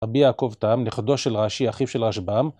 רבי יעקב תם, נכדו של רש"י, אחיו של רשב"ם.